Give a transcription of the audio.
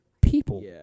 people